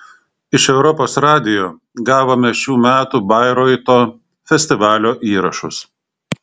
iš europos radijo gavome šių metų bairoito festivalio įrašus